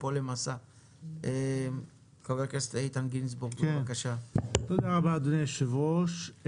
תודה רבה, אדוני היושב-ראש.